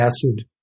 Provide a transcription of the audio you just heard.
acid